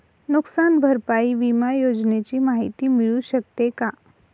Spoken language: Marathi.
नुकसान भरपाई विमा योजनेची माहिती मिळू शकते का?